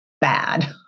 bad